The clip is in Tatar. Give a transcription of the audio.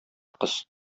кыз